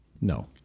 No